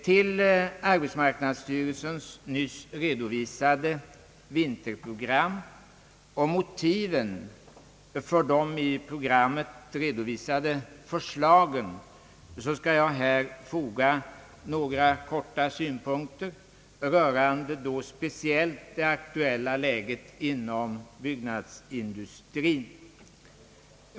Till arbetsmarknadsstyrelsens nyss redovisade vinterprogram och motiven för de i programmet redovisade förslagen skall jag foga några korta synpunkter rörande speciellt det aktuella läget inom byggnadsindustrin.